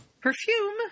Perfume